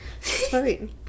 Sorry